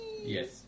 Yes